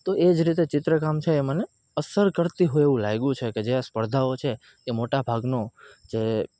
તો એ જ રીતે ચિત્રકામ છે એ મને અસર કરતી હોય એવું લાગ્યું છે કે જે આ સ્પર્ધાઓ છે એ મોટા ભાગનો જે